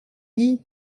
dis